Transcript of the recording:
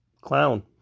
clown